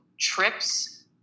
trips